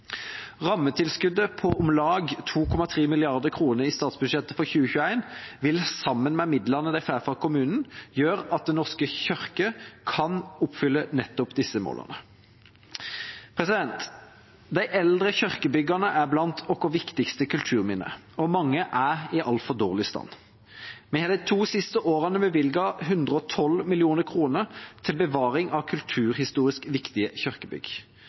Rammetilskuddet på om lag 2,3 mrd. kr i statsbudsjettet for 2021 vil, sammen med midlene de får fra kommunene, gjøre at Den norske kirke kan oppfylle nettopp disse målene. De eldre kirkebyggene er blant våre viktigste kulturminner, og mange er i altfor dårlig stand. Vi har de to siste årene bevilget 112 mill. kr til bevaring av kulturhistorisk viktige kirkebygg.